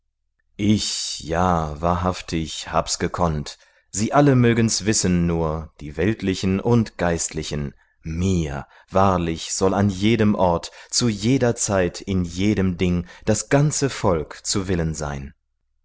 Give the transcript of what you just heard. ich ja wahrhaftig hab's gekonnt sie alle mögen's wissen nur die weltlichen und geistlichen mir wahrlich soll an jedem ort zu jeder zeit in jedem ding das ganze volk zu willen sein